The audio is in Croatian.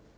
**Beus